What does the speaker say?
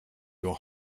your